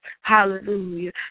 hallelujah